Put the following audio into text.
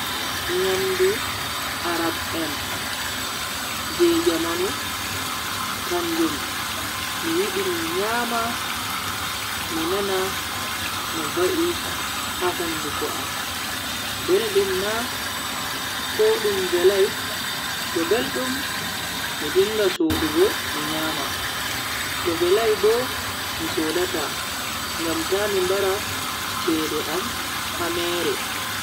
Nyamdu arab en je jamanu kanjum mi yidi mi nyama mi nana no va'I ha hunduko am. Beldum na ko dum velai, to beldum ma mi dingasodugo mi nyama to velai bo mi sodata ngam ta mi mbara cede am ha mere.